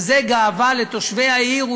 וזו גאווה לתושבי העיר.